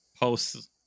posts